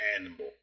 animal